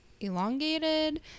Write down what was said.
elongated